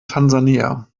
tansania